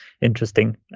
interesting